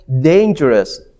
dangerous